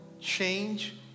change